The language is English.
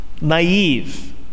naive